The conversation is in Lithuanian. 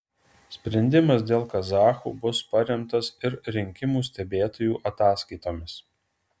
sprendimas dėl kazachų bus paremtas ir rinkimų stebėtojų ataskaitomis